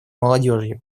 молодежью